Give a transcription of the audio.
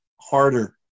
harder